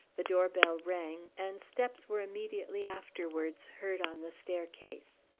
the doorbell rang, and steps were immediately afterwards heard on the staircase.